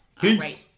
peace